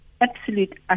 absolute